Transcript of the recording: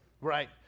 right